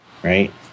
Right